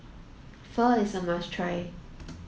Pho is a must try